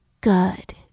good